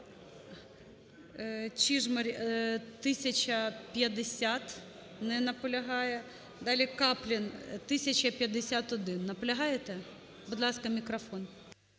Чижмарь, 1050. Не наполягає. Далі Каплін, 1051. Наполягаєте? Будь ласка, мікрофон.